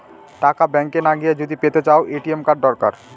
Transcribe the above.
টাকা ব্যাঙ্ক না গিয়ে যদি পেতে চাও, এ.টি.এম কার্ড দরকার